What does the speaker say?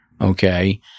Okay